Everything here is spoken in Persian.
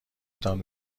تان